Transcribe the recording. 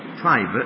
private